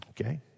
okay